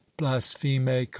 blaspheme